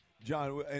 John